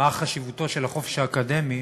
של החופש האקדמי